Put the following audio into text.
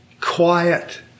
quiet